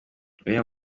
uriya